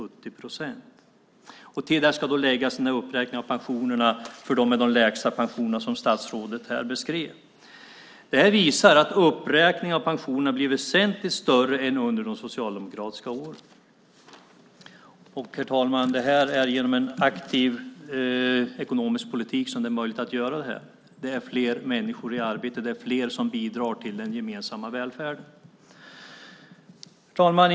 Till detta ska då läggas uppräkningen av pensionerna för dem med de lägsta pensionerna som statsrådet här beskrev. Det här visar att uppräkningen av pensionerna har blivit väsentligt större än under de socialdemokratiska åren. Herr talman! Det är genom en aktiv ekonomisk politik som det är möjligt att göra det här. Det är fler människor i arbete, det är fler som bidrar till den gemensamma välfärden. Herr talman!